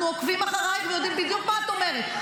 אנחנו עוקבים אחריך ויודעים בדיוק מה את אומרת.